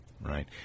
right